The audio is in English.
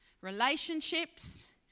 relationships